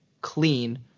clean